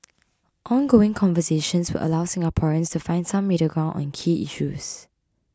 ongoing conversations will allow Singaporeans to find some middle ground on key issues